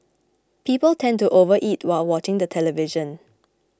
people tend to overeat while watching the television